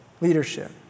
leadership